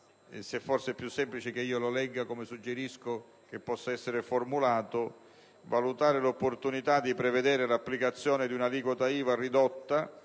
Forse è più semplice che io lo legga come ritengo che debba essere formulato: «...a valutare l'opportunità di prevedere l'applicazione di un'aliquota IVA ridotta